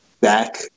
back